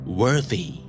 worthy